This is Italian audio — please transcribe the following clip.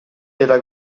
della